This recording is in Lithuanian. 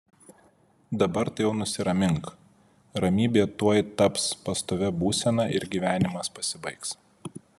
dabar tai jau nusiramink ramybė tuoj taps pastovia būsena ir gyvenimas pasibaigs